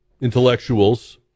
intellectuals